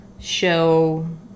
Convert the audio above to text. show